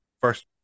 first